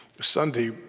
Sunday